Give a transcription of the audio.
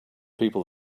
people